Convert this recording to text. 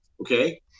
okay